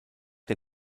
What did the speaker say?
der